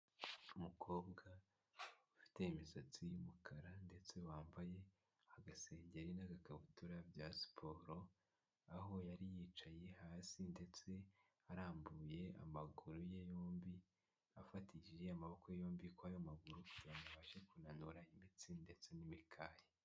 Umukobwa ufite imisatsi y'umukara ndetse wambaye agasengeri n'agakabutura bya siporo, aho yari yicaye hasi ndetse arambuye amaguru ye yombi, afatishije amaboko yombi kuri ayo maguru kugira ngo abashe kunanura imitsi ndetse n'imikaya.